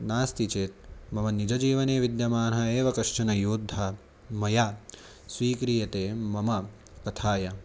नास्ति चेत् मम निजजीवने विद्यमानः एव कश्चनः योद्धा मया स्वीक्रियते मम कथायाम्